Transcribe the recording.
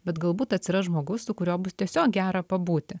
bet galbūt atsiras žmogus su kuriuo bus tiesiog gera pabūti